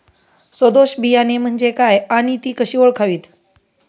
सदोष बियाणे म्हणजे काय आणि ती कशी ओळखावीत?